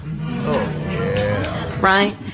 Right